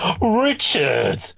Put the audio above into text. Richard